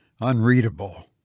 UNREADABLE